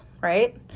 right